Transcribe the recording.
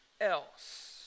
else